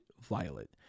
Violet